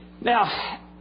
Now